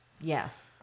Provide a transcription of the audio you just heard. Yes